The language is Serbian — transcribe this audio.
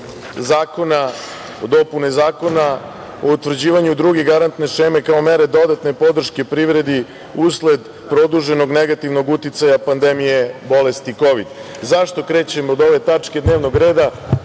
o dopuni Zakona o utvrđivanju druge garantne šeme, kao mere dodatne podrške privredi usled produženog negativnog uticaja pandemije bolesti kovid. Zašto krećem od ove tačke dnevnog reda?